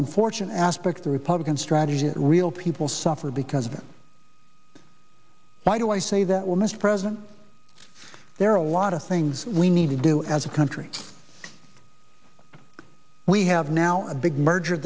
unfortunate aspect the republican strategy of real people suffer because of it why do i say that well mr president there are a lot of things we need to do as a country we have now a big merger